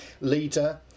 leader